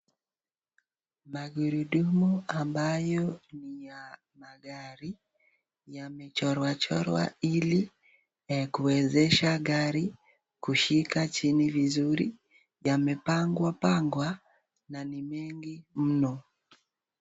Magurudumu ambayo ni ya magari yamechorwa chorwa ili kuwezesha gari kushika chini vizuri, yamepangwa pangwa na ni mingi mno.